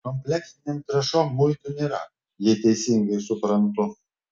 kompleksinėm trąšom muitų nėra jei teisingai suprantu